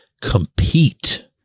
compete